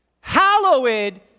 hallowed